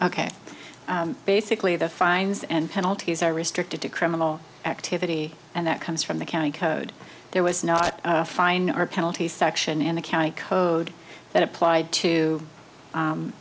ok basically the fines and penalties are restricted to criminal activity and that comes from the county code there was no fine or penalty section in the county code that applied to